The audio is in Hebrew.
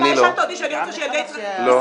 אתה האשמת אותי --- שילדיי יצרכו